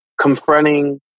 confronting